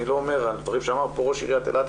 אני מסכים עם הדברים שאמר פה ראש עירית אילת,